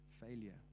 failure